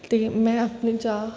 ਅਤੇ ਮੈਂ ਆਪਣੀ ਚਾਹ